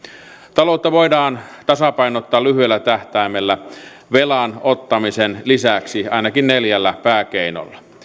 taloutta voidaan tasapainottaa lyhyellä tähtäimellä velan ottamisen lisäksi ainakin neljällä pääkeinolla